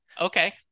Okay